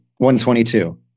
122